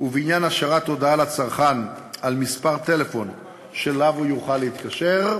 ובעניין השארת הודעה לצרכן על מספר טלפון שאליו הוא יוכל להתקשר,